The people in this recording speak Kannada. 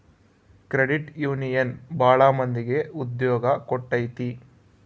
ಕ್ರೆಡಿಟ್ ಯೂನಿಯನ್ ಭಾಳ ಮಂದಿಗೆ ಉದ್ಯೋಗ ಕೊಟ್ಟೈತಿ